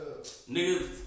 niggas